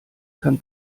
kann